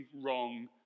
wrong